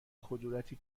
کدورتی